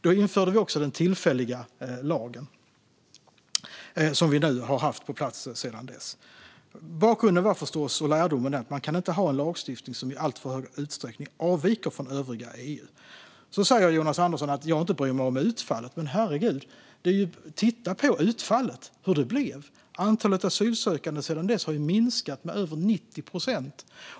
Då införde vi också den tillfälliga lagen, som vi har haft på plats sedan dess. Bakgrunden och lärdomen var förstås att man inte kan ha en lagstiftning som i alltför stor utsträckning avviker från övriga EU. Jonas Andersson säger vidare att jag inte bryr mig om utfallet. Men herregud - titta på utfallet och hur det blev! Antalet asylsökande har sedan dess minskat med över 90 procent.